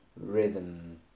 rhythm